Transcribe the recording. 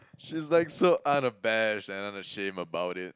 she's like so unabashed and unashamed about it